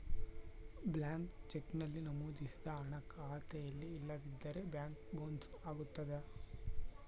blank cheque ನಲ್ಲಿ ನಮೋದಿಸಿದ ಹಣ ಖಾತೆಯಲ್ಲಿ ಇಲ್ಲದಿದ್ದರೆ ಚೆಕ್ ಬೊನ್ಸ್ ಅಗತ್ಯತೆ